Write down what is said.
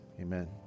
Amen